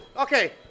Okay